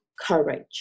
courage